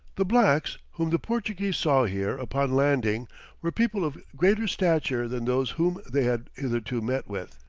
the blacks whom the portuguese saw here upon landing were people of greater stature than those whom they had hitherto met with.